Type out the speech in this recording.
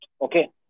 okay